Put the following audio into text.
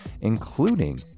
including